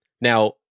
Now